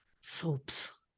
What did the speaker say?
Soaps